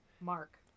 Mark